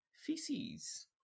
feces